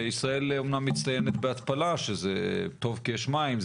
ישראל אמנם מצטיינת בהתפלה, שזה טוב כי יש מים.